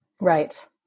Right